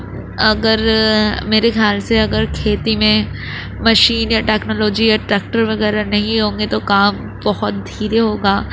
اگر میرے خیال سے اگر کھیتی میں مشین یا ٹیکنالوجی یا ٹریکٹر وغیرہ نہیں ہوں گے تو کام بہت دھیرے ہوگا